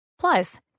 Plus